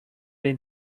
than